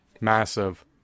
massive